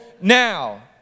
now